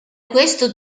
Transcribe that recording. questo